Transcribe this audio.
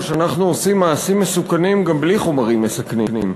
אנחנו עושים מעשים מסוכנים גם בלי חומרים מסכנים.